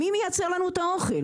מי מייצר לנו את האוכל?